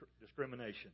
discrimination